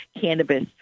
cannabis